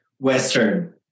Western